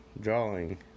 drawing